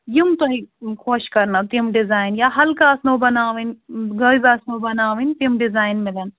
یِم تۄہہِ خۄش کَرنو تِم ڈِزایِن یا ہلکہٕ آسنو بَناوٕنۍ گوٚبۍ آسنو بَناوٕنۍ تِم ڈِزایِن میلن